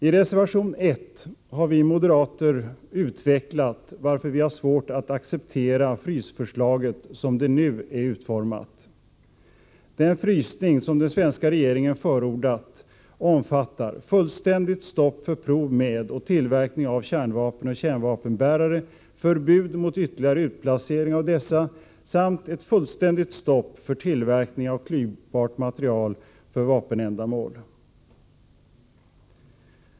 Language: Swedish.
I reservation nr 1 har vi moderater utvecklat varför vi har svårt att acceptera frysförslaget, som det nu är utformat. Den frysning som den svenska regeringen förordat omfattar ”fullständigt stopp för prov med och tillverkning av kärnvapen och kärnvapenbärare, förbud mot ytterligare utplacering av dessa samt ett fullständigt stopp för tillverkning av klyvbart material för vapenändamål”.